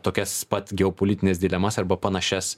tokias pat geopolitines dilemas arba panašias